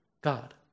God